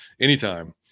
Anytime